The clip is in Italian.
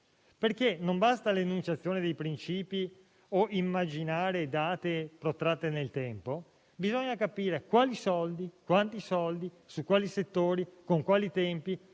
perché non basta l'enunciazione dei principi o immaginare date protratte nel tempo; bisogna capire quali e quanti soldi ci sono, su quali settori e con quali tempi,